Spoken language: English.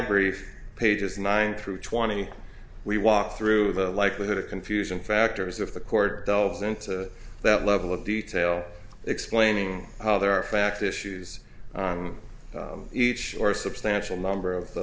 brief pages nine through twenty we walk through the likelihood of confusion factors of the court delves into that level of detail explaining how there are fact issues each or substantial number of the